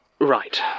Right